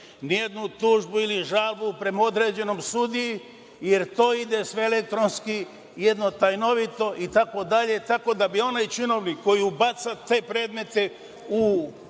nijednu tužbu ili žalbu prema određenom sudiji jer to ide sve elektronski, tajnovito itd. tako da bi onaj činovnik koji ubacuje sve predmete u